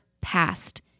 past